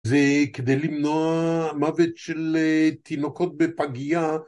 זה כדי למנוע מוות של תינוקות בפגיה.